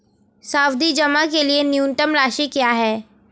सावधि जमा के लिए न्यूनतम राशि क्या है?